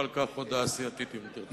בהחלט.